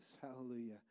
Hallelujah